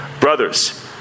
brothers